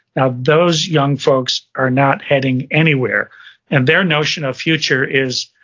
now those young folks are not heading anywhere and their notion of future is,